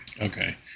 Okay